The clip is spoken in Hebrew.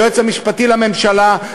היועץ המשפטי לממשלה,